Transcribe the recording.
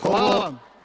Hvala vam.